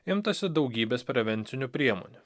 imtasi daugybės prevencinių priemonių